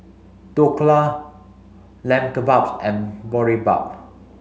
Dhokla Lamb Kebabs and Boribap